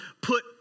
put